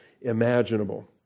imaginable